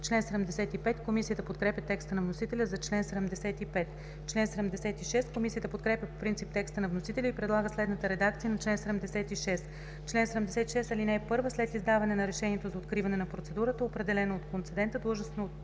Комисията подкрепя текста на вносителя за чл. 75. Комисията подкрепя по принцип текста на вносителя и предлага следната редакция на чл. 76: „Чл. 76. (1) След издаване на решението за откриване на процедурата, определено от концедента длъжностно